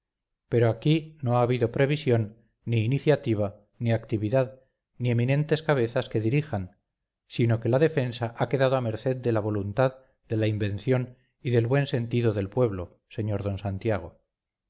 pero aquí no ha habido previsión ni iniciativa ni actividad ni eminentes cabezas que dirijan sino que la defensa ha quedado a merced de la voluntad de la invención y del buen sentido del pueblo sr d santiago